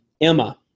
Emma